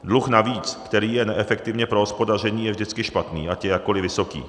Dluh navíc, který je neefektivně prohospodařený, je vždycky špatný, ať je jakkoliv vysoký.